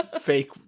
fake